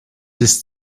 ist